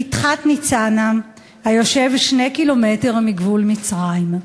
פתחת-ניצנה, הנמצא 2 קילומטר מגבול מצרים.